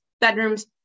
bedrooms